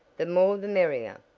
the more the merrier.